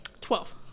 Twelve